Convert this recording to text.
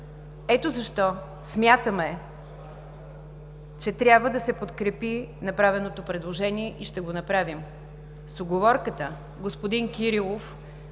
Ето защо смятаме, че трябва да се подкрепи направеното предложение и ще го направим с уговорката, господин Кирилов,